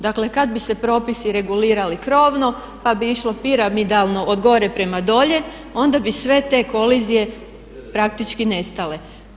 Dakle, kad bi se propisi regulirali krovno pa bi išlo piramidalno od gore prema dolje onda bi sve te kolizije praktički nestale.